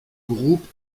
groupe